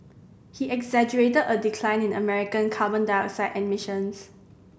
he exaggerated a decline in American carbon dioxide emissions